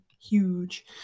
huge